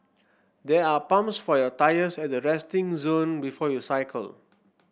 there are pumps for your tyres at the resting zone before you cycle